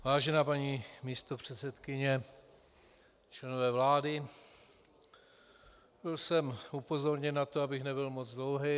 Vážená paní místopředsedkyně, členové vlády, byl jsem upozorněn na to, abych nebyl moc dlouhý.